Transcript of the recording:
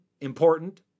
important